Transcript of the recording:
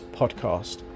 podcast